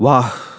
ವಾಹ್